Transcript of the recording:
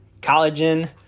collagen